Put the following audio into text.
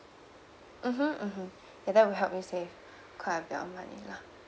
mmhmm mmhmm ya that will help you save quite a bit of money lah